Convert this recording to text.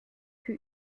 für